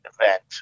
event